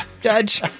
judge